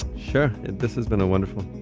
sure, this has been a wonderful